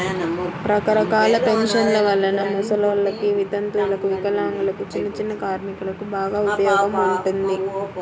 రకరకాల పెన్షన్ల వలన ముసలోల్లకి, వితంతువులకు, వికలాంగులకు, చిన్నచిన్న కార్మికులకు బాగా ఉపయోగం ఉంటుంది